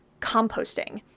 composting